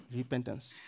repentance